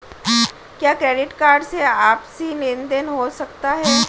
क्या credit card से आपसी लेनदेन हो सकता है?